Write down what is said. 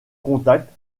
contact